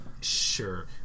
Sure